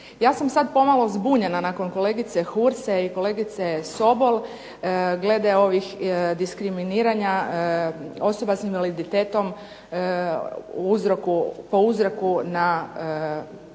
Ja sam sad pomalo zbunjena nakon kolegice Hurse i kolegice Sobol glede ovih diskriminiranja osoba sa invaliditetom po uzroku na